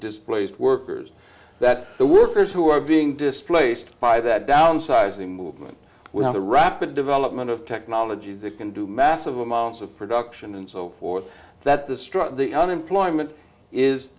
displaced workers that the workers who are being displaced by that downsizing movement with the rapid development of technology that can do massive amounts of production and so forth that the struck the unemployment is